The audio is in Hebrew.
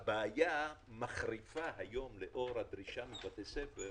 הבעיה מחריפה היום לאור הדרישה מבתי ספר